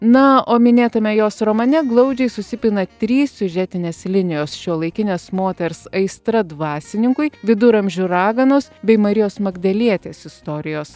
na o minėtame jos romane glaudžiai susipina trys siužetinės linijos šiuolaikinės moters aistra dvasininkui viduramžių raganos bei marijos magdalietės istorijos